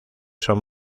son